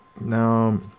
Now